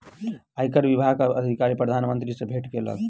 आयकर विभागक अधिकारी प्रधान मंत्री सॅ भेट केलक